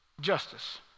justice